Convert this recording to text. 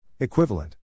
Equivalent